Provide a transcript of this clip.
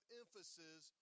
emphasis